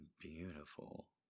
beautiful